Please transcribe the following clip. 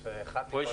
פה יש אחד מכל אחד.